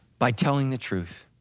by telling the truth.